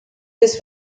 this